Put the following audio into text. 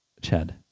Chad